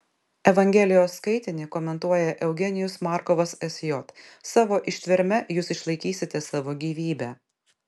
evangelijos skaitinį komentuoja eugenijus markovas sj savo ištverme jūs išlaikysite savo gyvybę